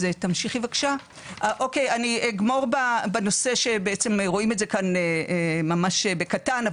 אני אגמור בנושא שבעצם רואים את זה כאן ממש בקטן,